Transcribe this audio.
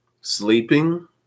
sleeping